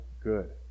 good